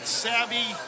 savvy